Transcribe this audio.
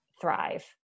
thrive